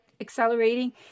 accelerating